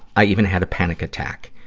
i even had a panic attack.